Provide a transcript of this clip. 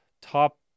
top